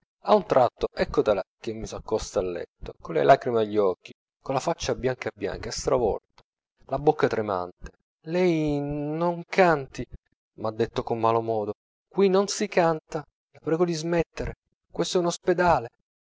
a un tratto eccotela che mi s'accosta al letto con le lacrime agli occhi con la faccia bianca bianca stravolta la bocca tremante lei non canti mha detto con malo modo qui non si canta la prego di smettere questo è uno spedale